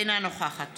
אינה נוכחת